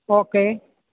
okay